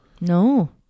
no